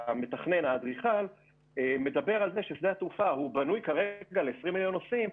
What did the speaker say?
מדבר על זה ששדה התעופה בנוי כרגע ל-20 מיליון נוסעים,